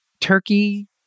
turkey